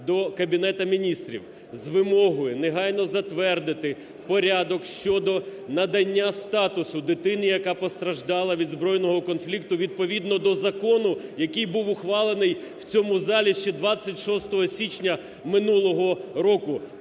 до Кабінету Міністрів з вимогою негайно затвердити порядок щодо надання статусу дитині, яка постраждала від збройного конфлікту, відповідно до закону, який був ухвалений в цьому залі ще 26 січня минулого року.